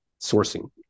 sourcing